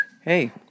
hey